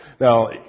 Now